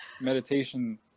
meditation